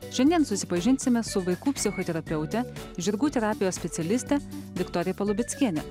šiandien susipažinsime su vaikų psichoterapeute žirgų terapijos specialiste viktorija palubeckiene